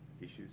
issues